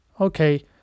okay